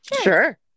Sure